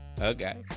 Okay